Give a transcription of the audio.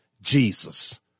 Jesus